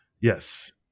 yes